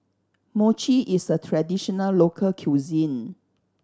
mochi is a traditional local cuisine